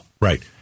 Right